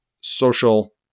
Social